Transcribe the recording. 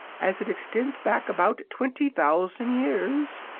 as it extends back about twenty thousand years,